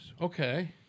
Okay